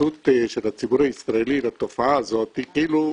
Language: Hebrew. ההתייחסות של הציבור הישראלי לתופעה הזאת היא כאילו,